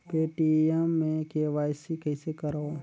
Paytm मे KYC कइसे करव?